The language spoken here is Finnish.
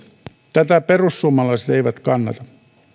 tätä perussuomalaiset eivät kannata